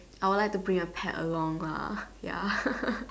I will like to bring a pet along lah ya